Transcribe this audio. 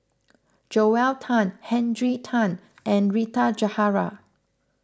Joel Tan Henry Tan and Rita Jahara